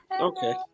okay